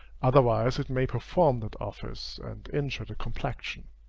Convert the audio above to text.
otherwise it may perform that office, and injure the complexion.